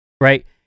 right